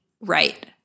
right